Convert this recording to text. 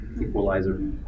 equalizer